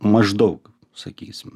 maždaug sakysim